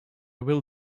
will